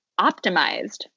optimized